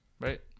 right